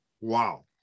Wow